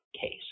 case